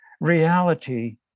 reality